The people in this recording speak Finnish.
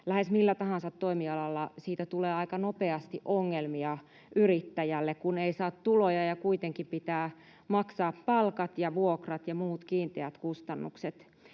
lähes millä tahansa toimialalla siitä tulee aika nopeasti ongelmia yrittäjälle, kun ei saa tuloja ja kuitenkin pitää maksaa palkat ja vuokrat ja muut kiinteät kustannukset.